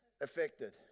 affected